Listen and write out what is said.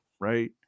right